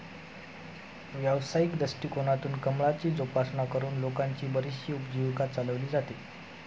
व्यावसायिक दृष्टिकोनातून कमळाची जोपासना करून लोकांची बरीचशी उपजीविका चालवली जाते